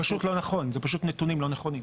זה פשוט נתונים לא נכונים.